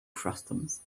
frustums